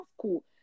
cool